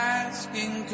asking